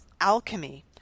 alchemy